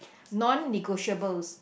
non negotiables